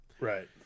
Right